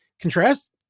Contrast